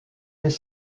les